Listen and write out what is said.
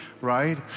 Right